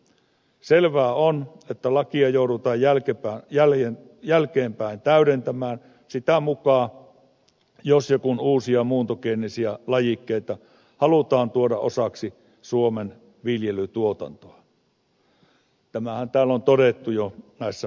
selvää on että lakia joudutaan jälkeenpäin täydentämään jos ja kun uusia muuntogeenisiä lajikkeita halutaan tuoda osaksi suomen viljelytuotantoa tämähän täällä on todettu jo näissä puheenvuoroissa